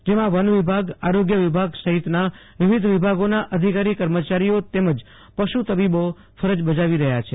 જેમા વન વિભાગઆરોગ્ય વિભાગ સહિતના વિવિધ વિભાગોના અધિકારી કર્મચારીઓ તેમજ પશુ તબીબો ફરજ બજાવશે